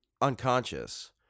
unconscious